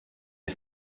nie